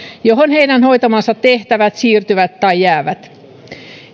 johon heidän hoitamansa tehtävät siirtyvät tai jäävät